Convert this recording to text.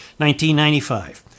1995